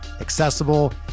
accessible